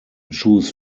choose